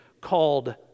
called